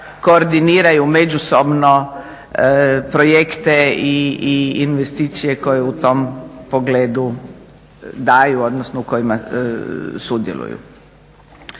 koordiniraju međusobno projekte i investicije koje u tom pogledu daju, odnosno u kojima sudjeluju.